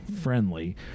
friendly